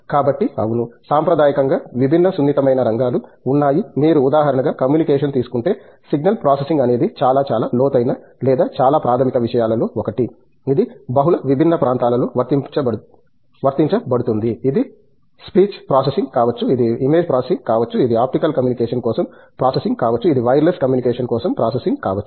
కాబట్టి అవును సాంప్రదాయకంగా విభిన్న సున్నితమైన రంగాలు ఉన్నాయి మీరు ఉదాహరణగా కమ్యూనికేషన్ తీసుకుంటే సిగ్నల్ ప్రాసెసింగ్ అనేది చాలా చాలా లోతైన లేదా చాలా ప్రాధమిక విషయాలలో ఒకటి ఇది బహుళ విభిన్న ప్రాంతాలలో వర్తించబడుతుంది ఇది స్పీచ్ ప్రాసెసింగ్ కావచ్చు ఇది ఇమేజ్ ప్రాసెసింగ్ కావచ్చు ఇది ఆప్టికల్ కమ్యూనికేషన్ కోసం ప్రాసెసింగ్ కావచ్చు ఇది వైర్లెస్ కమ్యూనికేషన్ కోసం ప్రాసెసింగ్ కావచ్చు